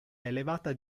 elevata